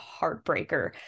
heartbreaker